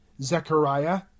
Zechariah